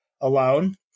alone